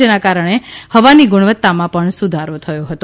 જેના કારણે હવાની ગુણવતામા પણ સુધારો થયો છે